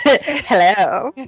Hello